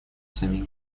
самих